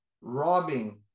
robbing